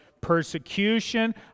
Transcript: persecution